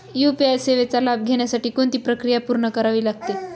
UPI सेवेचा लाभ घेण्यासाठी कोणती प्रक्रिया पूर्ण करावी लागते?